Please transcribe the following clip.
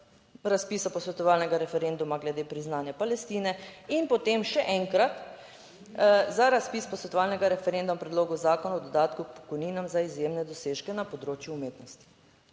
razpisa posvetovalnega referenduma glede priznanja Palestine in potem še enkrat za razpis posvetovalnega referenduma o predlogu zakona o dodatku k pokojninam za izjemne dosežke na področju umetnosti.